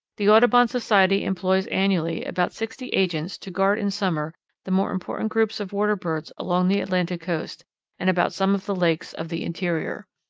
the audubon society employs annually about sixty agents to guard in summer the more important groups of water birds along the atlantic coast and about some of the lakes of the interior.